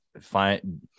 find